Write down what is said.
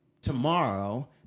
tomorrow